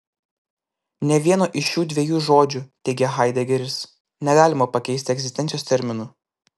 nė vieno iš šių dviejų žodžių teigia haidegeris negalima pakeisti egzistencijos terminu